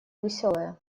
веселая